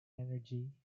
energy